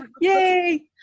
yay